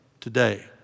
Today